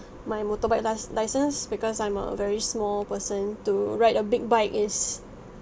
my motorbike lice license because I'm a very small person to ride a big bike is